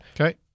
Okay